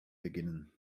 beginnen